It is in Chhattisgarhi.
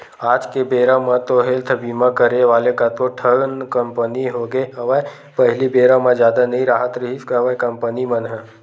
आज के बेरा म तो हेल्थ बीमा करे वाले कतको ठन कंपनी होगे हवय पहिली बेरा म जादा नई राहत रिहिस हवय कंपनी मन ह